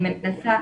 להתייחס.